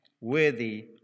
worthy